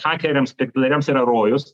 hakeriams piktadariams yra rojus